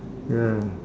ya